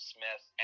Smith